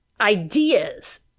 Ideas